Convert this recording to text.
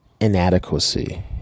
inadequacy